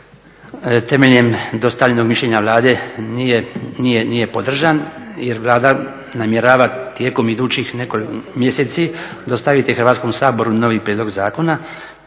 temeljem dostavljenog mišljenja Vlade nije podržan jer Vlada namjerava tijekom idućih nekoliko mjeseci dostaviti Hrvatskom saboru novi prijedlog zakona